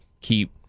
keep